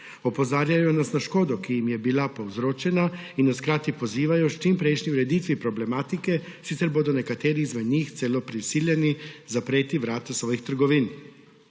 Opozarjajo nas na škodo, ki jim je bila povzročena, in nas hkrati pozivajo k čimprejšnji ureditvi problematike, sicer bodo nekateri izmed njih celo prisiljeni zapreti vrata svojih trgovin.